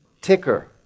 Ticker